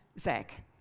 Zach